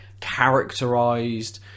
characterized